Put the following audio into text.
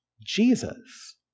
Jesus